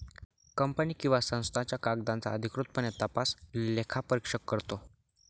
company किंवा संस्थांच्या कागदांचा अधिकृतपणे तपास लेखापरीक्षक करतो